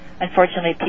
unfortunately